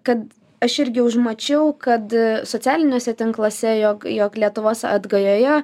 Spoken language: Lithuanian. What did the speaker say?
kad aš irgi užmačiau kad socialiniuose tinkluose jog jog lietuvos atgajoje